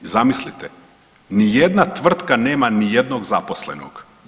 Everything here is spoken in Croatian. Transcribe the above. Zamislite ni jedna tvrtka nema ni jednog zaposlenog.